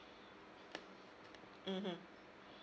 mmhmm